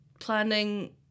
planning